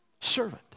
servant